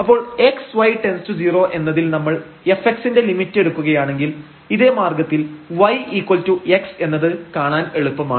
അപ്പോൾ x y→0 എന്നതിൽ നമ്മൾ fx ന്റെ ലിമിറ്റ് എടുക്കുകയാണെങ്കിൽ ഇതേ മാർഗത്തിൽ yx എന്നത് കാണാൻ എളുപ്പമാണ്